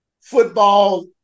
football